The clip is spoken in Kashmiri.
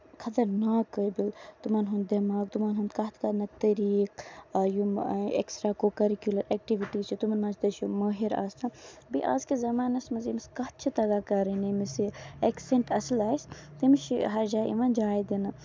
خَطرناکھ قٲبل تِمن ہُند دٮ۪ماغ تِمن ہُند کَتھ کرنُک طریٖقہٕ یِم اٮ۪کٕسٹرا کوکیروکیوٗلر اٮ۪کٹِوٹیٖز چھِ تِمن منٛز تہِ چھِ مٲہِر آسان بیٚیہِ أزکِس زَمانَس ییٚمِس کَتھ چھِ تَگان کَرٕنۍ ییٚمِس یہِ اٮ۪کسنٹ اَصٕل یہِ آسہِ تٔمِس چھِ ہر جایہِ یِوان جاے دِنہٕ